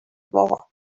war